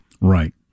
right